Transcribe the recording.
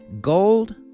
gold